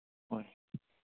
ꯍꯣꯏ